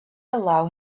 allow